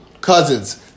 cousins